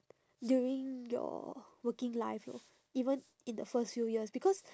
during your working life lor even in the first few years because